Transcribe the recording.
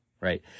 right